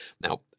Now